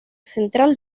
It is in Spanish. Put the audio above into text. central